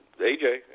AJ